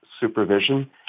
supervision